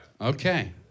Okay